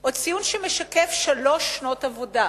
או ציון שמשקף שלוש שנות עבודה,